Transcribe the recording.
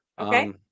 Okay